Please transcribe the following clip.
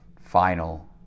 final